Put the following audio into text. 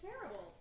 terrible